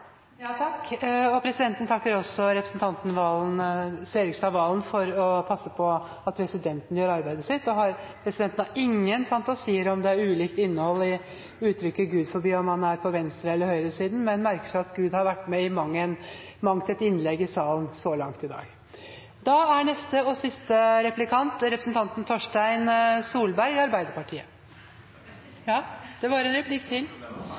Presidenten takker representanten Serigstad Valen for å passe på at presidenten gjør arbeidet sitt. Presidenten har ingen fantasier om det er ulikt innhold i uttrykket «Gud forby» om man er på venstre- eller høyre-siden, men merker seg at Gud har vært med i mangt et innlegg i salen så langt i dag. Da er neste og siste replikant representanten Torstein Tvedt Solberg. Jeg trodde jeg var ferdig! Det var en replikk til.